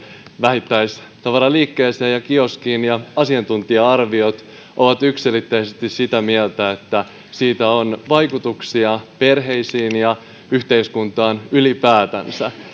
vähittäistavaraliikkeeseen ja kioskiin ja asiantuntija arviot ovat yksiselitteisesti sitä mieltä että sillä on vaikutuksia perheisiin ja yhteiskuntaan ylipäätänsä